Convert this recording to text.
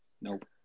Nope